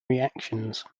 reactions